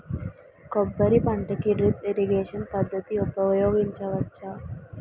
కొబ్బరి పంట కి డ్రిప్ ఇరిగేషన్ పద్ధతి ఉపయగించవచ్చా?